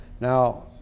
Now